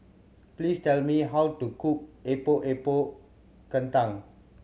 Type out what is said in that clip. please tell me how to cook Epok Epok Kentang